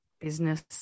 business